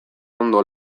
ondo